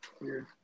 Weird